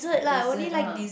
dessert lah